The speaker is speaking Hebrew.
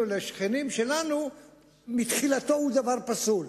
עם השכנים שלנו מתחילתו הוא דבר פסול.